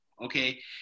okay